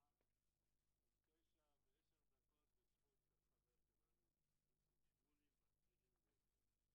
השעה 09:10. אנחנו בזכות החבר שלנו איציק שמולי מתחילים באיחור.